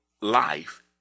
life